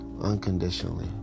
unconditionally